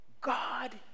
God